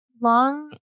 Long